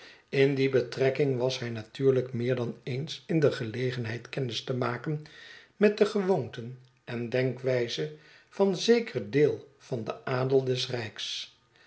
in die betrekking was hij natuurlijk meer dan eens in de gelegenheid kennis te maken met de gewoonten en de denk wijze van zeker deel van den adel des rijks